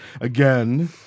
again